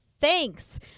thanks